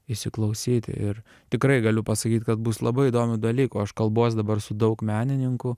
įsiklausyti ir tikrai galiu pasakyt kad bus labai įdomių dalykų aš kalbuos dabar su daug menininkų